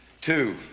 Two